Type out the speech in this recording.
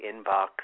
inbox